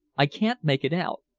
i can't make it out.